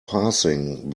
passing